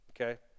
Okay